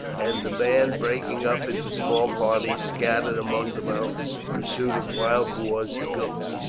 and the band, breaking up into small parties, scattered among the mountains in pursuit of wild boars and goats.